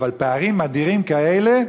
פערים אדירים כאלה,